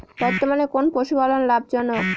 বর্তমানে কোন পশুপালন লাভজনক?